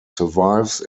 survives